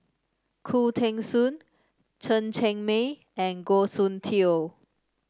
Khoo Teng Soon Chen Cheng Mei and Goh Soon Tioe